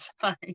sorry